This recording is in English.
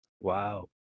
Wow